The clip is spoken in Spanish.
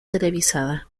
televisada